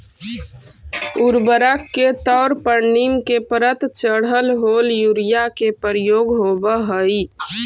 उर्वरक के तौर पर नीम के परत चढ़ल होल यूरिया के प्रयोग होवऽ हई